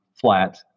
flat